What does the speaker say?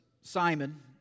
Simon